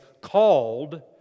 called